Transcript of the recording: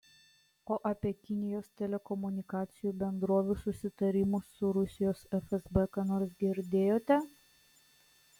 o apie kinijos telekomunikacijų bendrovių susitarimus su rusijos fsb ką nors girdėjote